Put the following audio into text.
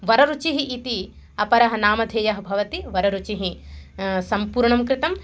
वररुचिः इति अपरं नामधेयं भवति वररुचिः सम्पूर्णं कृतं